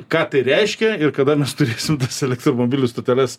ką tai reiškia ir kada mes turėsim tas elektromobilių stoteles